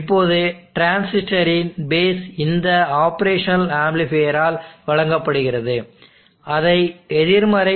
இப்போது டிரான்சிஸ்டரின் பேஸ் இந்த ஆப்ரேஷனல் ஆம்ப்ளிஃபையரால் வழங்கப்படுகிறது அதை எதிர்மறை